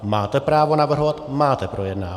Máte právo navrhovat, máte projednávat.